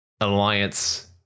alliance